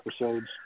episodes